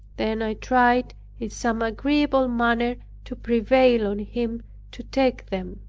then i tried in some agreeable manner to prevail on him to take them.